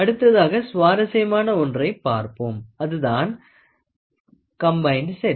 அடுத்ததாக சுவாரசியமான ஒன்றை பார்ப்போம் அதுதான் கம்பைன்ட் செட்